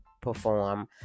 perform